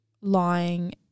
lying